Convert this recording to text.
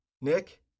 Nick